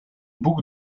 boule